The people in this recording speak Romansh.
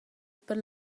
per